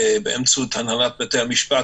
כמובן, באמצעות הנהלת בתי המשפט.